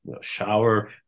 shower